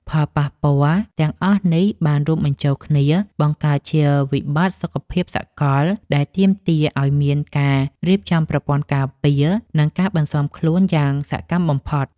ផលប៉ះពាល់ទាំងអស់នេះបានរួមបញ្ចូលគ្នា បង្កើតជាវិបត្តិសុខភាពសកលដែលទាមទារឱ្យមានការរៀបចំប្រព័ន្ធការពារ និងការបន្ស៊ាំខ្លួនយ៉ាងសកម្មបំផុត។